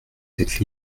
cette